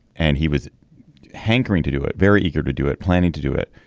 and he was hankering to do it. very eager to do it planning to do it.